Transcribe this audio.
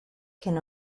can